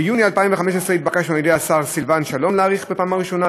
ביוני 2015 התבקשנו על-ידי השר סילבן שלום להאריך בפעם הראשונה,